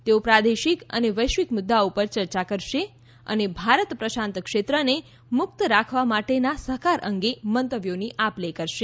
તેઓ પ્રાદેશિક અને વૈશ્વિક મુદ્દાઓ પર ચર્ચા કરશે અને ભારત પ્રશાંત ક્ષેત્રને મુક્ત રાખવા માટેના સહકાર અંગે મંતવ્યોની આપ લે કરશે